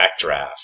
Backdraft